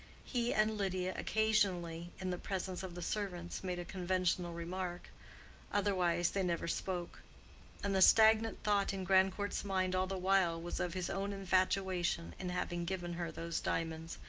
he and lydia occasionally, in the presence of the servants, made a conventional remark otherwise they never spoke and the stagnant thought in grandcourt's mind all the while was of his own infatuation in having given her those diamonds,